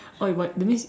oh you but that means